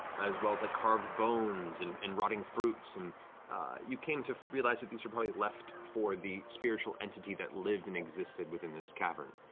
as well as like carved bones and and rotting fruits, and you came to realize that these were probably left for the spiritual entity that lived and existed within this cavern.